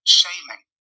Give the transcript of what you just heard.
shaming